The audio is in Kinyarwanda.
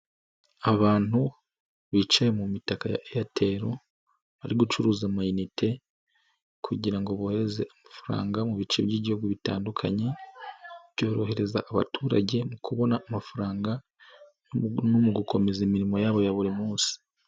Abantu, bicaye mu mitaka ya Eyateli, bari gucuruza amayinite kugira ngo bohereze amafaranga mu bice by'ibihugu bitandukanye, byorohereza abaturage mu kubona amafaranga, no mu gukomeza imirimo yabo ya buri munsi.